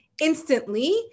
instantly